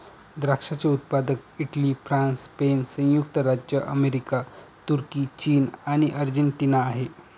द्राक्षाचे उत्पादक Italy, France, Spain, संयुक्त राज्य अमेरिका, तुर्की, चीन आणि अर्जेंटिना आहे